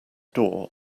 door